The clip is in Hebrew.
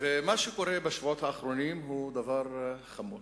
מה שקורה בשבועות האחרונים הוא דבר חמור.